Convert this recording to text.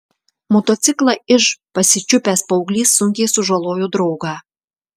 motociklą iž pasičiupęs paauglys sunkiai sužalojo draugą